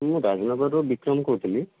ମୁଁ ରାଜନଗର ରୁ ବିକ୍ରମ କହୁଥିଲି